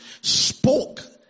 spoke